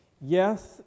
Yes